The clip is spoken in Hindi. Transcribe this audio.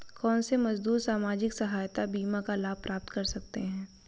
कौनसे मजदूर सामाजिक सहायता बीमा का लाभ प्राप्त कर सकते हैं?